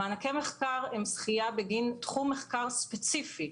מענקי המחקר הם זכייה בגין תחום מחקר ספציפי.